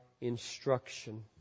instruction